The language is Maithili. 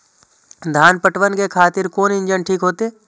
धान पटवन के खातिर कोन इंजन ठीक होते?